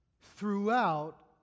throughout